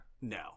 No